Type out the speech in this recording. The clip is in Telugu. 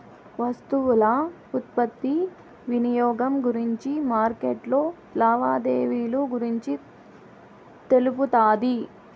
వస్తువుల ఉత్పత్తి వినియోగం గురించి మార్కెట్లో లావాదేవీలు గురించి తెలుపుతాది